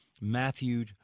Matthew